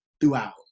throughout